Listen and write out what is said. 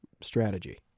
strategy